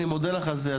אני מודה לך על זה,